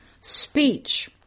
speech